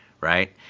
right